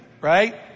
right